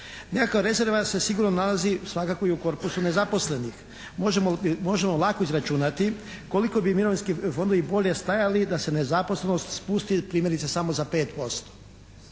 Nekakav rezervoar se sigurno nalazi svakako i u korpusu nezaposlenih. Možemo lako izračunati koliko bi mirovinski fondovi bolje stajali da se nezaposlenost spusti primjerice samo za 5%.